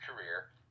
career